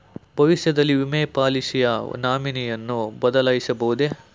ಭವಿಷ್ಯದಲ್ಲಿ ವಿಮೆ ಪಾಲಿಸಿಯ ನಾಮಿನಿಯನ್ನು ಬದಲಾಯಿಸಬಹುದೇ?